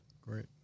Great